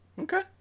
Okay